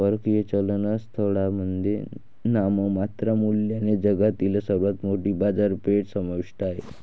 परकीय चलन स्थळांमध्ये नाममात्र मूल्याने जगातील सर्वात मोठी बाजारपेठ समाविष्ट आहे